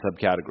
subcategories